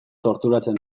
torturatzen